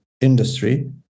industry